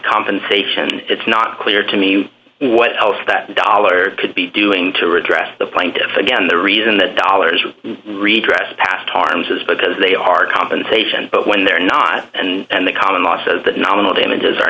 compensation it's not clear to me what else that dollar could be doing to redress the plaintiff again the reason the dollars redress past harms is because they are compensation but when they're not and the common law says that nominal damages